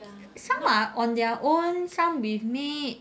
some are on their own some with maid